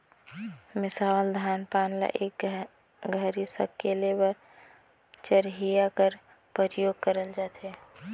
मिसावल धान पान ल एक घरी सकेले बर चरहिया कर परियोग करल जाथे